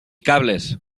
cables